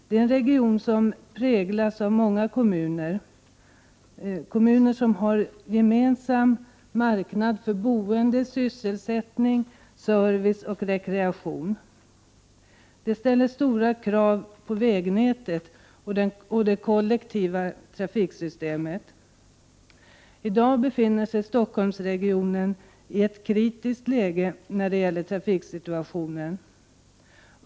Denna region präglas av att där finns många kommuner och att de har en gemensam marknad för boende, sysselsättning, service och rekreation. Det ställer stora krav på vägnätet och det kollektiva trafiksystemet. När det gäller trafiksituationen befinner sig Stockholmsregionen i dag i ett kritiskt läge.